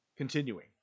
Continuing